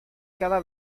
cada